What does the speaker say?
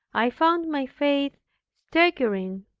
i found my faith staggering,